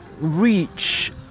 reach